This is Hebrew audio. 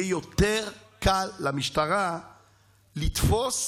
יהיה יותר קל למשטרה לתפוס